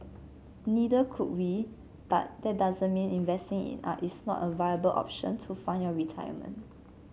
neither could we but that doesn't mean investing in art is not a viable option to fund your retirement